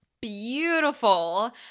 beautiful